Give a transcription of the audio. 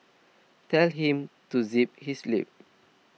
tell him to zip his lip